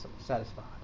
satisfied